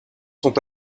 sont